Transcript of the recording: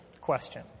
question